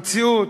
מהמציאות.